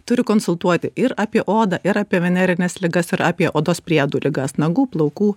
turi konsultuoti ir apie odą ir apie venerines ligas ir apie odos priedų ligas nagų plaukų